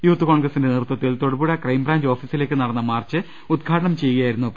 youth കോൺഗ്ര സിന്റെ നേതൃ ത്വത്തിൽ തൊടു പുഴ ക്രൈംബ്രാഞ്ച് ഓഫീസിലേക്ക് നടന്ന മാർച്ച് ഉദ്ഘാടനം ചെയ്യുക യായിരുന്നു പി